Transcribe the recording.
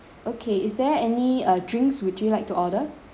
okay is there any uh drinks would you like to order